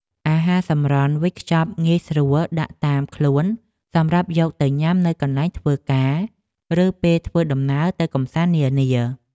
អាហារសម្រន់វេចខ្ចប់ងាយស្រួលដាក់តាមខ្លួនសម្រាប់យកទៅញ៉ាំនៅកន្លែងធ្វើការឬពេលធ្វើដំណើរទៅកម្សាន្តនានា។